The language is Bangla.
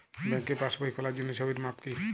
ব্যাঙ্কে পাসবই খোলার জন্য ছবির মাপ কী?